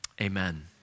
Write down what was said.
amen